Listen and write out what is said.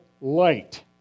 light